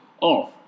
off